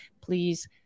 Please